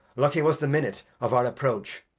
lucky was the minute of our approach,